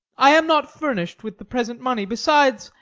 i am not furnish'd with the present money besides,